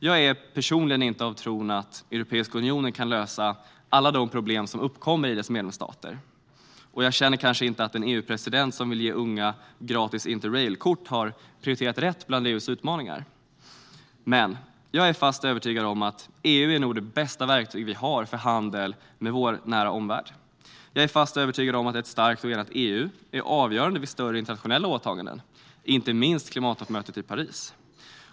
Jag är personligen inte av tron att Europeiska unionen kan lösa alla problem som uppkommer i dess medlemsstater, och jag känner kanske inte att en EU-president som vill ge unga gratis interrailkort har prioriterat rätt bland EU:s utmaningar. Jag är dock fast övertygad om att EU är det bästa verktyget vi har för handel med vår nära omvärld. Jag är fast övertygad om att ett starkt och enat EU är avgörande vid större internationella åtaganden - inte minst vid klimattoppmötet i Paris.